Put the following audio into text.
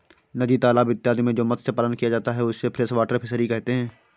नदी तालाब इत्यादि में जो मत्स्य पालन किया जाता है उसे फ्रेश वाटर फिशरी कहते हैं